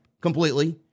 completely